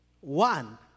One